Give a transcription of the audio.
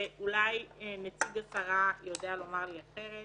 ואולי נציג השרה יודע לומר לי אחרת